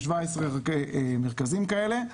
יש כ-17 מרכזים כאלה.